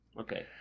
Okay